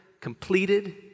completed